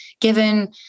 given